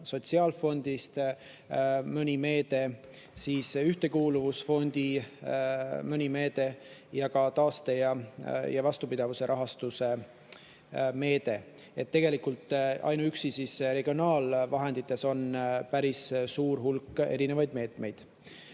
Sotsiaalfondist mõni meede, ühtekuuluvusfondi mõni meede ning ka taaste- ja vastupidavusrahastu meetmed. Tegelikult ainuüksi regionaalvahendite hulgas on päris suur hulk erinevaid meetmeid.